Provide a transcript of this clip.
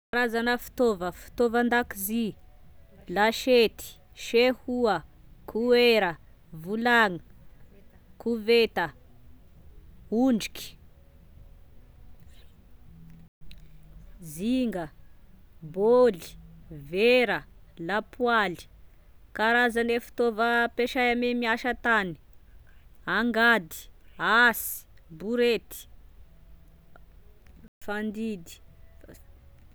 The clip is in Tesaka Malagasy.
Karazana fitaova- fitaovan-dakozy: lasety, sehoa, koera, volany, koveta, ondriky, zinga, bôly, vera, lapoaly. Karazagne fitaova ampesay ame miasa tany: angady, ansy, borety, fandidy.